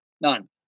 None